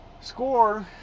SCORE